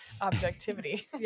objectivity